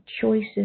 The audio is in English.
choices